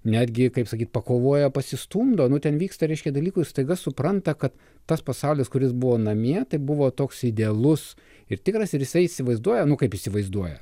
netgi kaip sakyt pakovoja pasistumdo nu ten vyksta reiškia dalykų ir staiga supranta kad tas pasaulis kuris buvo namie tai buvo toks idealus ir tikras ir jisai įsivaizduoja nu kaip įsivaizduoja